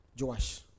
Joash